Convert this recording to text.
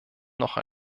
noch